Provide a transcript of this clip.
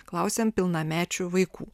klausiam pilnamečių vaikų